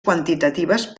quantitatives